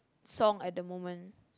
song at the moment